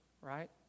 right